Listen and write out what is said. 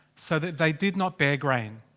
so that they did not bare grain.